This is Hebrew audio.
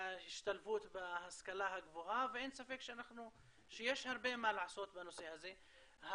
ההשתלבות בהשכלה הגבוהה ואין ספק שיש הרבה מה לעשות בנושא הזה.